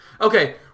Okay